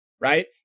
right